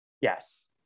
Yes